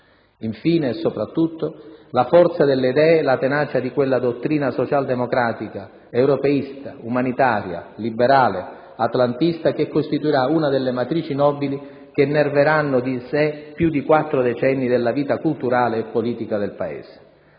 Infine, e soprattutto, la forza delle idee e la tenacia di quella dottrina socialdemocratica, europeista, umanitaria, liberale, atlantista che costituirà una delle matrici nobili che innerveranno di sé più di quattro decenni della vita culturale e politica del Paese.